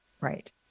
Right